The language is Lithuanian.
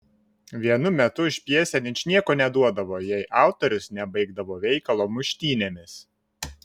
vienu metu už pjesę ničnieko neduodavo jei autorius nebaigdavo veikalo muštynėmis